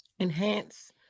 enhance